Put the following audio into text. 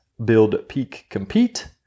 buildpeakcompete